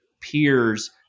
peers